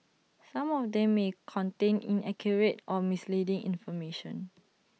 some of them may contain inaccurate or misleading information